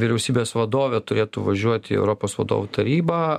vyriausybės vadovė turėtų važiuot į europos vadovų tarybą